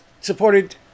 supported